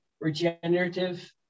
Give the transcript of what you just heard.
regenerative